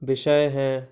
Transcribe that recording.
विषय है